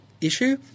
issue